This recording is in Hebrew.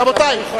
רבותי,